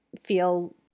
feel